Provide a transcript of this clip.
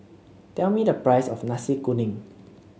tell me the price of Nasi Kuning